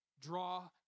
Draw